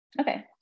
Okay